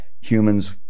humans